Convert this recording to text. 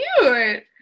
cute